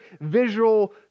visual